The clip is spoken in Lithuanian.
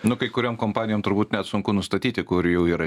nu kai kuriom kompanijom turbūt net sunku nustatyti kur jau yra